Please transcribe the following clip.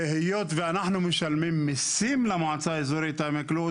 היות ואנחנו משלמים מיסים למועצה האזורית עמק לוד,